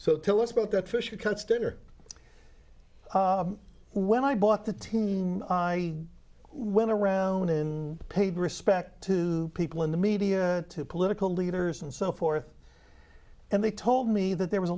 so tell us about that fisher cuts dinner when i bought the team i went around in paid respect to people in the media to political leaders and so forth and they told me that there was a